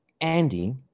Andy